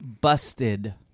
busted